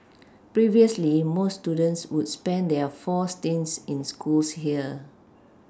previously most students would spend their four stints in schools here